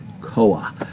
Koa